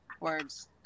words